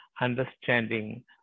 understanding